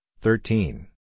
thirteen